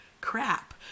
crap